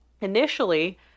Initially